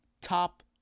top